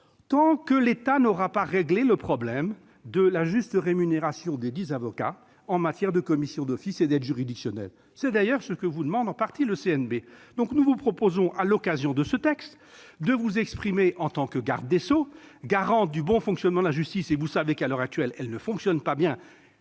tant que l'État n'aura pas réglé le problème de la juste rémunération desdits avocats en matière de commission d'office et d'aide juridictionnelle ! C'est d'ailleurs ce que vous demande en partie le Conseil national des barreaux (CNB). Nous vous proposons donc, à l'occasion de ce texte, de vous exprimer en tant que garde des sceaux, garant du bon fonctionnement de la justice. Vous savez qu'à l'heure actuelle la justice ne fonctionne pas bien